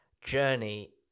journey